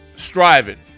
striving